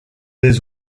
les